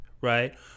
right